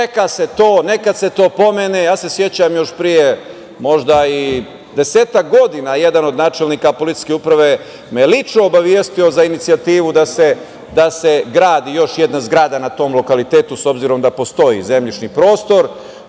Nekad se to pomene. Ja se sećam da me je još pre desetak godina jedan od načelnika policijske uprave lično obavestio za inicijativu da se gradi još jedna zgrada na tom lokalitetu, s obzirom da postoji zemljišni prostor.